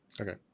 Okay